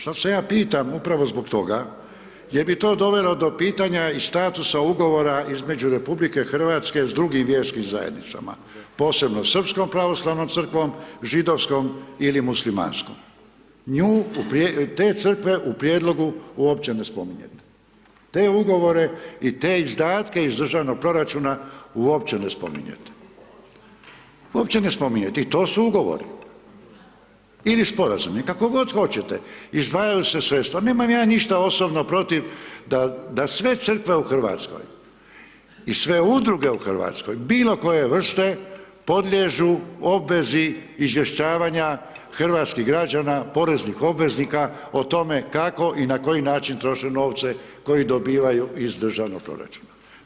Sad se ja pitam upravo zbog toga jel bi to dovelo do pitanja i statusa ugovora između RH s drugim vjerskim zajednicama, posebno Srpskom pravoslavnom crkvom, židovskom ili muslimanskom, te crkve u prijedlogu uopće ne spominjete, te ugovore i te izdatke iz državnog proračuna uopće ne spominjete, uopće ne spominjete i to su ugovori ili sporazumi, kako god hoćete, izdvajaju se sredstva, nemam ja ništa osobno protiv da sve crkve u RH i sve udruge u RH bilo koje vrste podliježu obvezi izvješćavanja hrvatskih građana, poreznih obveznika o tome kako i na koji način troše novce koji dobivaju iz državnog proračuna.